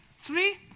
three